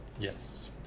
Yes